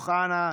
אמיר אוחנה,